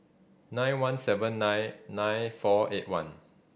nine one seven nine nine four eight one